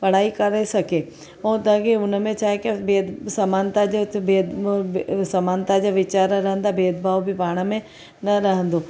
पढ़ाई करे सघे पोइ त अॻे हुनमें छा आहे की बेहदि समानता जी हुते बेहदि समानता जा वीचार रहंदा भेदुभाव बि पाण में न रहंदो